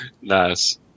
Nice